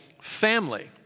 family